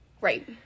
Right